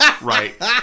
Right